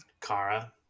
Kara